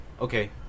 Okay